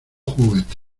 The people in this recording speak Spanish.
juguete